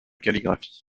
calligraphie